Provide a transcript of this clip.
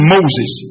Moses